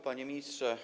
Panie Ministrze!